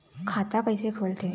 खाता कइसे खोलथें?